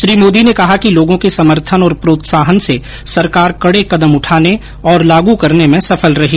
श्री मोदी ने कहा कि लोगों के समर्थन और प्रोत्साहन से सरकार कड़े कदम उठाने और लागू करने में सफल रही